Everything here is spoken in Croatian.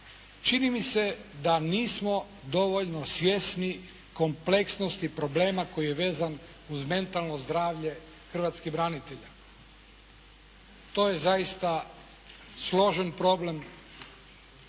Čini mi se da nismo dovoljno svjesni kompleksnosti problema koji je vezan uz mentalno zdravlje hrvatskih branitelja. To je zaista složen problem ne samo za